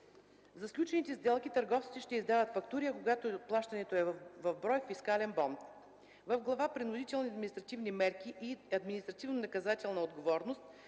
За сключените сделки търговците ще издават фактури, а когато плащането е в брой – фискален бон. В Глава „Принудителни административни мерки и административнонаказателна отговорност”